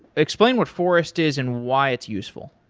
explain what forest is and why it's useful.